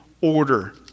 order